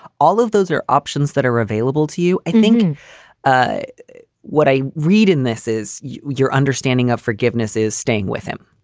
all of those are options that are available to you. i think what i read in this is your understanding of forgiveness is staying with him.